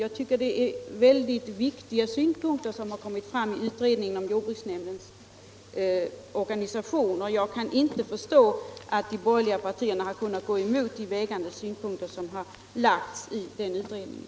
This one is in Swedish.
Jag tycker att det är mycket viktiga synpunkter som har kommit fram i utredningen om jordbruksnämndens organisation. Jag kan inte förstå att de borgerliga partierna har kunnat gå emot de vägande synpunkter som har förts fram i utredningen.